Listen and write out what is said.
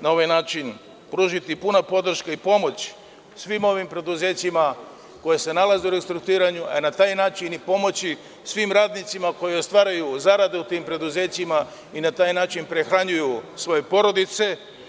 na ovaj način pružiti puna podrška i pomoć svim ovim preduzećima koja se nalaze u restrukturiranju, ali će se i na taj način pomoći svim radnicima koji ostvaruju zarade u tim preduzećima, tako prehranjuju svoje porodice.